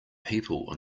people